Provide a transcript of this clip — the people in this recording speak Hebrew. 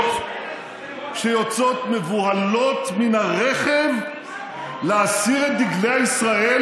שיוצאות מבוהלות מן הרכב להסיר את דגלי ישראל,